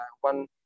one